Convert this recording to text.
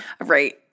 Right